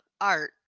art